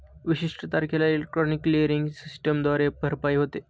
विशिष्ट तारखेला electronic clearing सिस्टमद्वारे भरपाई होते